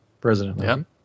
President